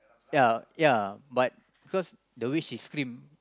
ya ya but cause the way she scream